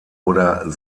oder